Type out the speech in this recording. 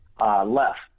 left